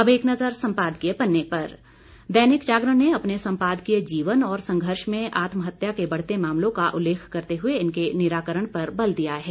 अब एक नज़र सम्पादकीय पन्ने पर दैनिक जागरण ने अपने संपादकीय जीवन और संघर्ष में आत्महत्या के बढ़ते मामलों का उल्लेख करते हुए इनके निराकरण पर बल दिया है